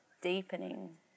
deepening